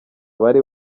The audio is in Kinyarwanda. bari